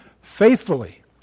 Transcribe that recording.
faithfully